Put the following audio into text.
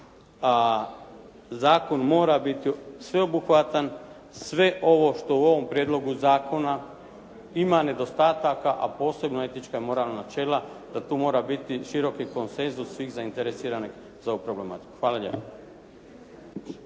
zakon mora biti sveobuhvatan. Sve ovo što u ovom prijedlogu zakona ima nedostataka a posebno etička, moralna načela da tu mora biti široki konsenzus svih zainteresiranih za ovu problematiku. Hvala lijepa.